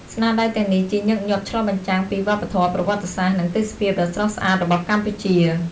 ស្នាដៃទាំងនេះជាញឹកញាប់ឆ្លុះបញ្ចាំងពីវប្បធម៌ ប្រវត្តិសាស្ត្រ និងទេសភាពដ៏ស្រស់ស្អាតរបស់កម្ពុជា។